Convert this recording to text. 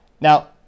Now